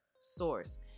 source